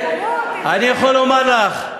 אני יכול לומר לך,